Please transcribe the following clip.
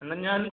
എന്നാൽ ഞാൻ